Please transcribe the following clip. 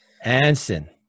Anson